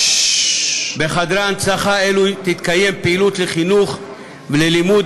בחדרי הנצחה אלו תתקיים פעילות לחינוך וללימוד